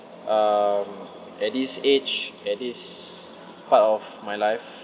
um at this age at this part of my life